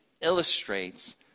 illustrates